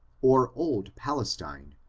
or old palestine,